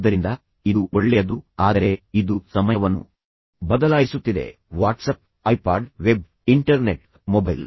ಆದ್ದರಿಂದ ಇದು ಒಳ್ಳೆಯದು ಆದರೆ ಇದು ಸಮಯವನ್ನು ಬದಲಾಯಿಸುತ್ತಿದೆ WhatsApp iPod web internet mobile